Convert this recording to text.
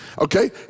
Okay